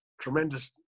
tremendous